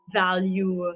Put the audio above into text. value